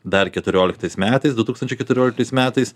dar keturioliktais metais du tūkstančiai keturioliktais metais